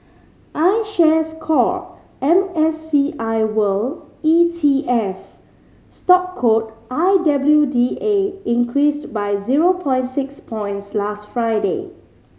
iShares Core M S C I World E T F stock code I W D A increased by zero point six points last Friday